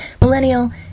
millennial